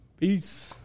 Peace